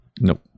Nope